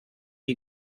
you